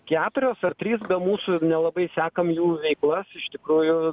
keturios ar trys be mūsų ir nelabai sekam jų veiklas iš tikrųjų